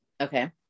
okay